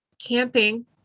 camping